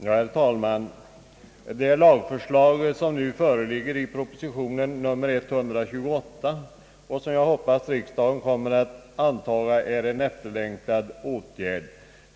Herr talman! Det lagförslag som nu föreligger i proposition nr 128 och som jag hoppas riksdagen kommer att antaga innebär en efterlängtad åtgärd.